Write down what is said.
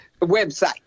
website